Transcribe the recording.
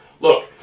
Look